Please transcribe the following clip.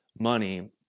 money